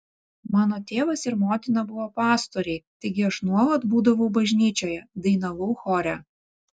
mano tėvas ir motina buvo pastoriai taigi aš nuolat būdavau bažnyčioje dainavau chore